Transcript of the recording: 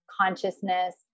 consciousness